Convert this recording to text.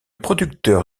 producteur